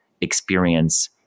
experience